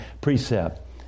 precept